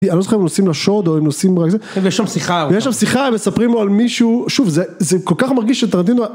אני לא זוכר אם הם נוסעים לשורד או הם נוסעים רק זה, יש שם שיחה, יש שם שיחה, הם מספרים לו על מישהו, שוב זה כל כך מרגיש שתרדינו